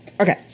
Okay